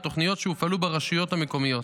והתוכניות שהופעלו ברשויות המקומיות.